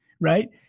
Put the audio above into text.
Right